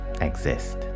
exist